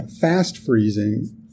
fast-freezing